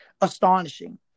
astonishing